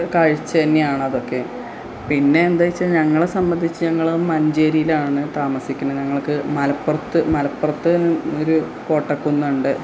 കാഴ്ച തന്നെയാണ് അതൊക്കെ പിന്നെ എന്താ വെച്ചാൽ ഞങ്ങളെ സംബന്ധിച്ച് ഞങ്ങൾ മഞ്ചേരിയിലാണ് താമസിക്കണെ ഞങ്ങൾക്ക് മലപ്പുറത്ത് മലപ്പുറത്ത് ഒരു കോട്ട കുന്നുണ്ട്